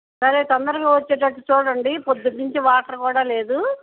సరే తొందరగా వచ్చేటట్టు చూడండి ప్రొద్దుట్నుంచి వాటర్ కూడా లేదు